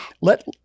Let